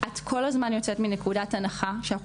את כל הזמן יוצאת מנקודת הנחה שאנחנו